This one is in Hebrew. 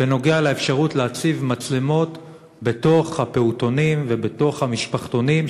בנוגע לאפשרות להציב מצלמות בתוך הפעוטונים ובתוך המשפחתונים,